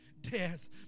death